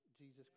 Jesus